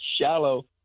shallow